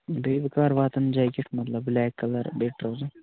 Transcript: بیٚیہِ کَر واتن جیکٹ مطلب بٕلیک کلر بیٚیہِ ٹروزر